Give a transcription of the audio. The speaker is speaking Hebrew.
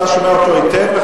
אתה שומע אותו היטב?